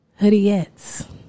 hoodieettes